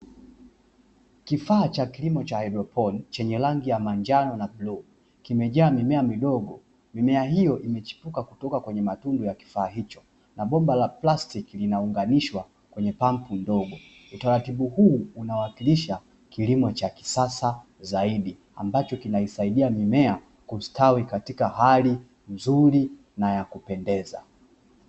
Kifaa cha kilimo cha haidroponi chenye rangi ya manjano bluu kimejaa mimea midogo. Mimea hiyo imechipuka kutoka kwenye matundu ya kifaa hicho, na bomba la plastiki linaunganishwa kwenye pampu ndogo. Utaratibu huu unawakilisha kilimo cha kisasa zaidi, ambacho kinaisaida mimea kustawi katika hali nzuri na ya kupendeza.